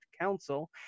Council